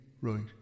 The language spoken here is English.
right